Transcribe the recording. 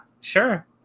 sure